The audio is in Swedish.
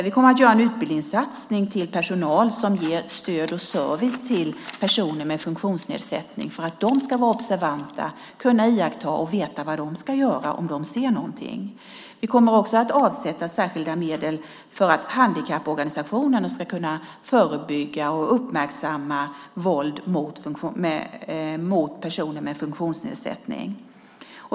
Vi kommer att göra en utbildningssatsning för personal som ger stöd och service till personer med funktionsnedsättning för att de ska vara observanta och kunna iaktta och veta vad de ska göra om de ser någonting. Vi kommer också att avsätta särskilda medel för att handikapporganisationerna ska kunna förebygga och uppmärksamma våld mot personer med funktionsnedsättning.